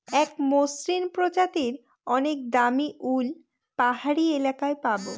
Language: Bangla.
এক মসৃন প্রজাতির অনেক দামী উল পাহাড়ি এলাকায় পাবো